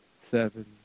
seven